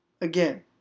Again